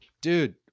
Dude